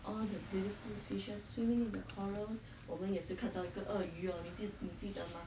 all the beautiful fishes swimming in the corals 我们也是看到一个鳄鱼 orh 你记得吗